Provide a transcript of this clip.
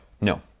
no